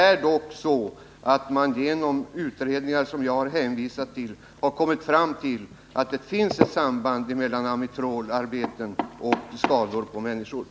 När räknar statsrådet med att regeringen kan ta ställning till ansökningar om att få uppföra koleldade kraftvärmeverk eller hetvattencentraler?